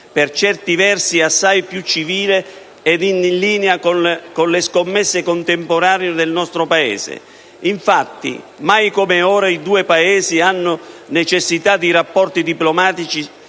per certi versi assai più civile ed in linea con le scommesse contemporanee del nostro Paese. Infatti, mai come ora i due Paesi hanno necessità di rapporti diplomatici